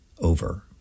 over